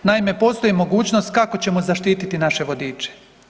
Naime, postoji mogućnost kako ćemo zaštiti naše vodiče.